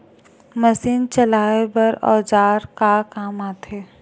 Machine चलाए बर औजार का काम आथे?